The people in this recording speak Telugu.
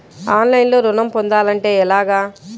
ఆన్లైన్లో ఋణం పొందాలంటే ఎలాగా?